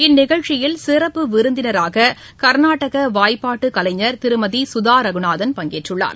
இந்நிகழ்ச்சியில் சிறப்பு விருந்தினராக கர்நாடக வாய்ப்பாட்டு கலைஞர் திருமதி சுதா ரகுநாதன் பங்கேற்றுள்ளார்